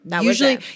usually